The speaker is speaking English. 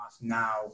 Now